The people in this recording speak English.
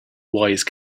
wise